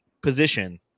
position